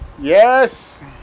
Yes